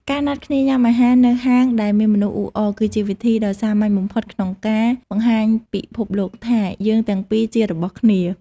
ការណាត់គ្នាញ៉ាំអាហារនៅហាងដែលមានមនុស្សអ៊ូអរ គឺជាវិធីដ៏សាមញ្ញបំផុតក្នុងការបង្ហាញពិភពលោកថា «យើងទាំងពីរជារបស់គ្នា»។